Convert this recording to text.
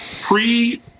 pre